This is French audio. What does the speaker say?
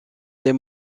les